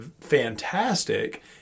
fantastic